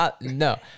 No